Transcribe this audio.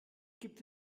gibt